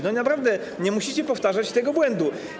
Naprawdę nie musicie powtarzać tego błędu.